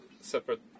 separate